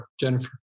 Jennifer